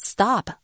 Stop